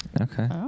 Okay